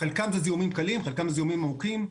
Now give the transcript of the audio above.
חלקם זה זיהומים קלים, חלקם זה זיהומים עמוקים.